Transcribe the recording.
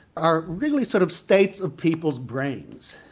are really sort of states of people's brains.